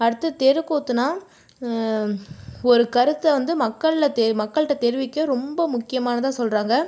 அடுத்து தெருக்கூத்துனால் ஒரு கருத்தை வந்து மக்கள் மக்கள்ட்ட தெரிவிக்க ரொம்ப முக்கியமானதாக சொல்கிறாங்க